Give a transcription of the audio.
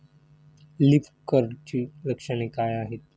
Leaf कर्लची लक्षणे काय आहेत?